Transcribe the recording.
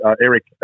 Eric